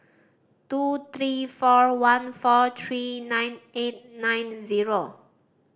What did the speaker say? two three four one four three nine eight nine zero